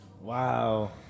Wow